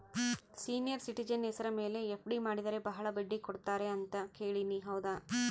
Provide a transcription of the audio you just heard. Senior citizen ಹೆಸರ ಮೇಲೆ FD ಮಾಡಿದರೆ ಬಹಳ ಬಡ್ಡಿ ಕೊಡ್ತಾರೆ ಅಂತಾ ಕೇಳಿನಿ ಹೌದಾ?